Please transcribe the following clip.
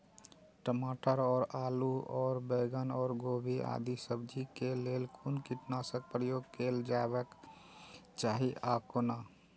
टमाटर और आलू और बैंगन और गोभी आदि सब्जी केय लेल कुन कीटनाशक प्रयोग कैल जेबाक चाहि आ कोना?